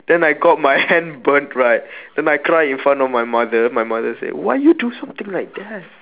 then I got my hand burnt right then I cry in front of my mother my mother say why you do something like that